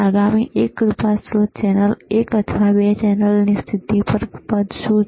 આગામી 1 કૃપા સ્ત્રોત ચેનલ એક અથવા ચેનલ 2ની સ્થિતિ પર પદ શું છે